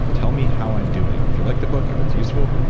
tell me how i'm doing. if you like the book, if it's useful,